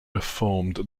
reformed